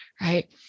right